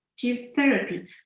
therapy